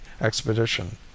expedition